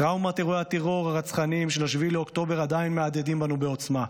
טראומת אירועי הטרור הרצחניים של 7 באוקטובר עדיין מהדהדת בנו בעוצמה,